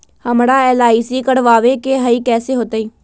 हमरा एल.आई.सी करवावे के हई कैसे होतई?